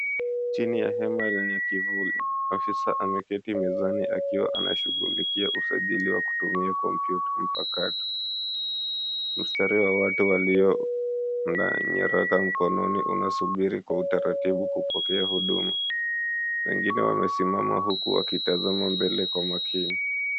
Chini ya hema lenye kivuli, afisa ameketi mezani akiwa anashighulikia ushajili wa kutumia kompyuta mpakato. Mstari wa watu walio na nyaraka mkononi unasubiri kwa utaratibu kupokea huduma. Wengine wamesimama huku wakitazama mbele kwa makini.